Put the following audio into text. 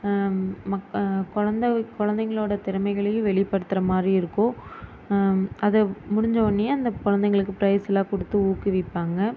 மக் குழந்தை குழந்தைங்களோட திறமைகளையும் வெளிப்படுத்துகிற மாதிரி இருக்கும் அது முடிஞ்ச உடனேயே அந்த குழந்தைங்களுக்கு ப்ரைஸ்லாம் கொடுத்து ஊக்குவிப்பாங்கள்